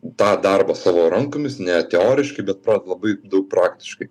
tą darbą savo rankomis ne teoriškai bet labai daug praktiškai